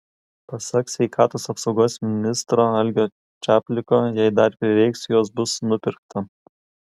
pasak sveikatos apsaugos ministro algio čapliko jei dar prireiks jos bus nupirkta